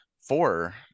four